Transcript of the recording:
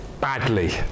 badly